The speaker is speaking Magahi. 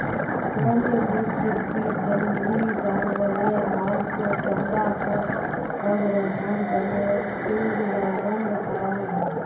वन्यजीव कृषीत जंगली जानवारेर माँस, चमड़ा, फर वागैरहर तने पिंजरबद्ध कराल जाहा